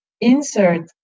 insert